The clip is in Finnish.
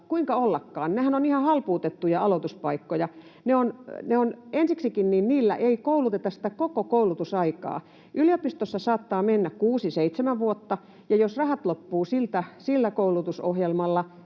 Kuinka ollakaan, nehän ovat ihan halpuutettuja aloituspaikkoja. Ensiksikin, niillä ei kouluteta sitä koko koulutusaikaa. Yliopistossa saattaa mennä 6—7 vuotta, ja jos rahat loppuvat sillä koulutusohjelmalla